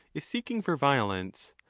is seeking for violence,